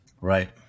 Right